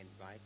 right